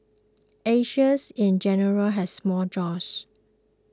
Asians in general has small jaws